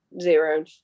zero